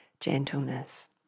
Gentleness